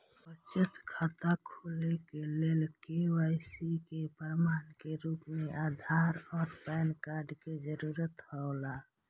बचत खाता खोले के लेल के.वाइ.सी के प्रमाण के रूप में आधार और पैन कार्ड के जरूरत हौला